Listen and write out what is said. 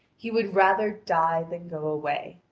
he would rather die than go away.